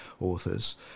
authors